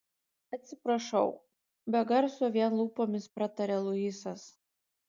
atsiprašau be garso vien lūpomis prataria luisas